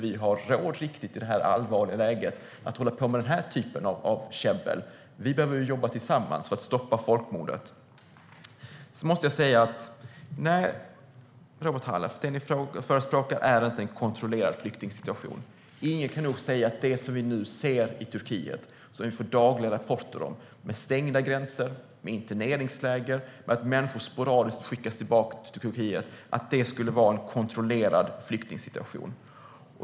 Vi har i detta allvarliga läge inte riktigt råd att hålla på med den här typen av käbbel. Vi behöver jobba tillsammans för att stoppa folkmordet. Nej, Robert Halef, det ni förespråkar är inte en kontrollerad flyktingsituation. Ingen kan nog säga att det vi nu ser i Turkiet och får dagliga rapporter om med stängda gränser, interneringsläger och att människor sporadiskt skickas tillbaka från Turkiet skulle vara en kontrollerad flyktingsituation.